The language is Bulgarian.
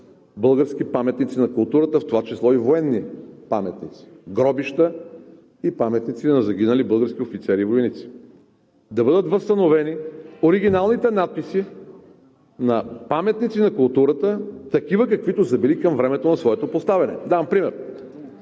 български паметници на културата, в това число и военни паметници – гробища и паметници на загинали български офицери и войници, да бъдат възстановени оригиналните надписи на паметници на културата такива, каквито са били към времето на своето поставяне. Давам пример